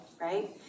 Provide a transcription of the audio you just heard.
right